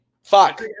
Fuck